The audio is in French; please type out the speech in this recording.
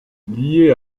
liée